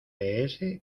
ése